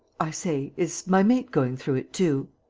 i say, is my mate going through it too?